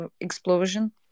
explosion